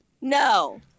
no